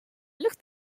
looked